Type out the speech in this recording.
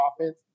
offense